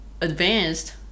advanced